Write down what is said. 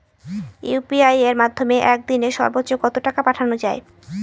UPI এর মাধ্যমে এক দিনে সর্বচ্চ কত টাকা পাঠানো যায়?